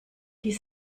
die